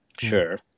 Sure